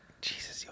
Jesus